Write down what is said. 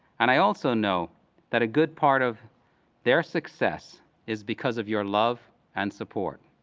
and, i also know that a good part of their success is because of your love and support.